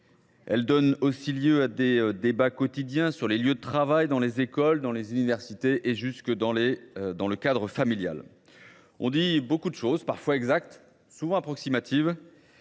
Elle donne aussi lieu à des débats quotidiens sur les lieux de travail dans les écoles, dans les universités et jusque dans le cadre familial. On dit beaucoup de choses, parfois exactes, souvent approximatives